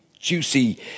juicy